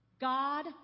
God